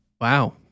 Wow